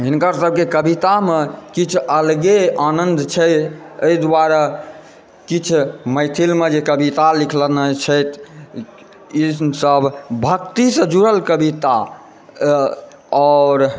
हिनकरसभके कवितामे किछु अलगे आनन्द छै एहि दुआरे किछु मैथिलमे जे कविता लिखने छथि ईसभ भक्तिसँ जुड़ल कविता आओर